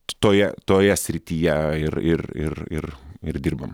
toje toje srityje ir ir ir ir ir dirbam